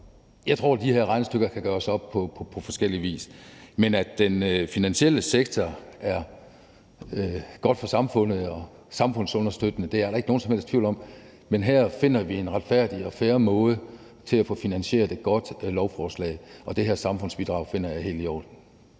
jeg tror, de her regnestykker kan gøres på forskellig vis. Men at den her finansielle sektor er godt for samfundet og er samfundsunderstøttende, er der ikke nogen som helst tvivl om. Men her finder vi en retfærdig og fair måde til at få finansieret lovforslaget godt, og det her samfundsbidrag finder jeg er helt i orden.